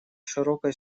широкой